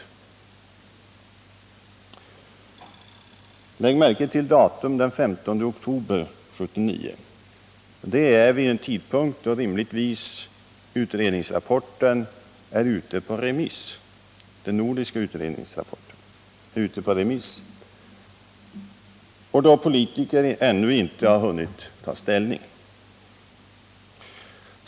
Lägg märke till datumet, den 15 oktober 1979. Det är en tidpunkt då den nordiska utredningsrapporten rimligtvis är ute på remiss och politikerna ännu inte hunnit ta ställning.